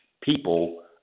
people